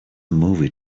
movie